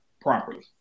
properly